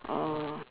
orh